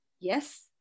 Yes